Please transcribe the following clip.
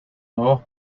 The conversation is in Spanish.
nuevos